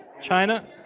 China